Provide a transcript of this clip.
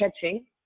catching